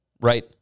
right